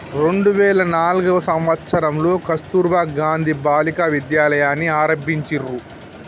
రెండు వేల నాల్గవ సంవచ్చరంలో కస్తుర్బా గాంధీ బాలికా విద్యాలయని ఆరంభించిర్రు